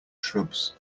shrubs